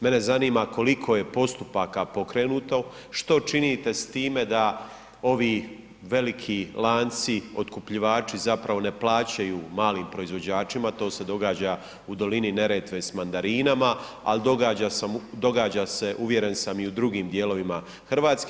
Mene zanima koliko je postupaka pokrenuto, što činite s time da ovi veliki lanci otkupljivači zapravo ne plaćaju malim proizvođačima, to se događa u dolini Neretve s mandarinama, al događa se uvjeren sam i u drugim dijelovima Hrvatske.